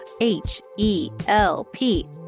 H-E-L-P